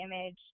image